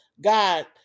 God